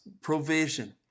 provision